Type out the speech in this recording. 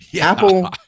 Apple